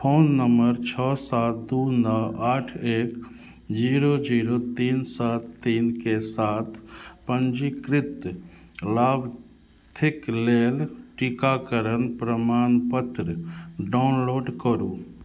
phone number छओ सात दू नओ आठ एक जीरो जीरो तीन सात तीनके साथ पंजीकृत लाभार्थीक लेल टीकाकरण प्रमाणपत्र डाउनलोड करू